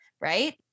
right